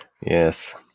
yes